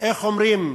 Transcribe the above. איך אומרים,